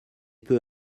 peu